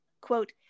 quote